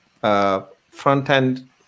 front-end